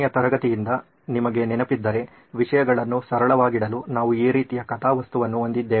ಕೊನೆಯ ತರಗತಿಯಿಂದ ನಿಮಗೆ ನೆನಪಿದ್ದರೆ ವಿಷಯಗಳನ್ನು ಸರಳವಾಗಿಡಲು ನಾವು ಈ ರೀತಿಯ ಕಥಾವಸ್ತುವನ್ನು ಹೊಂದಿದ್ದೇವೆ